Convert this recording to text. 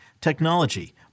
technology